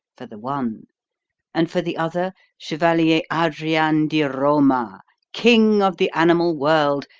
for the one and for the other, chevalier adrian di roma, king of the animal world,